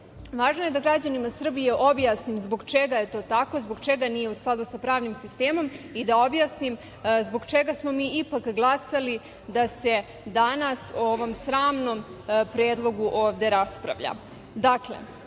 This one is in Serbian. je da građanima Srbije objasnim zbog čega je to tako, zbog čega nije u skladu sa pravnim sistemom i da objasnim zbog čega smo mi ipak glasali da se danas o ovom sramnom predlogu ovde raspravlja. Dakle,